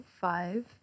five